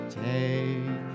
take